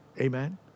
Amen